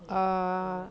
err